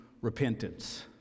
repentance